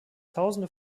tausende